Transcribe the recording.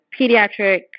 pediatric